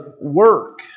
work